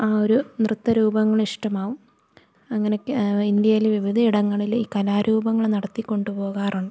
ആ ഒരു നൃത്തരൂപങ്ങളിഷ്ടമാവും അങ്ങനെയൊക്കെ ഇന്ത്യയില് വിവിധ ഇടങ്ങളില് കലാരൂപങ്ങള് നടത്തിക്കൊണ്ടുപോകാറുണ്ട്